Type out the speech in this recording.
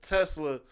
Tesla